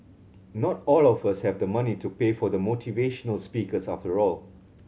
not all of us have the money to pay for the motivational speakers after all